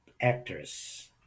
actors